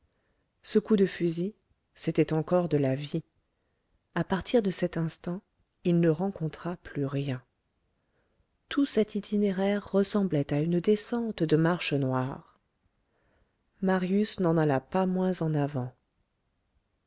ce coup de fusil c'était encore de la vie à partir de cet instant il ne rencontra plus rien tout cet itinéraire ressemblait à une descente de marches noires marius n'en alla pas moins en avant